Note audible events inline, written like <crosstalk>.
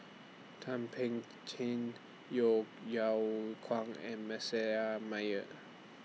Thum Ping Tjin Yeo Yeow Kwang and <unintelligible> Meyer